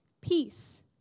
peace